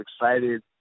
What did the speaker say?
excited